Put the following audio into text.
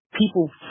People